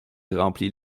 remplit